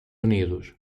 unidos